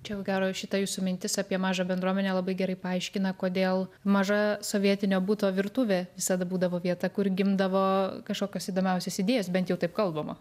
čia ko gero šita jūsų mintis apie mažą bendruomenę labai gerai paaiškina kodėl maža sovietinio buto virtuvė visada būdavo vieta kur gimdavo kažkokios įdomiausios idėjos bent jau taip kalbama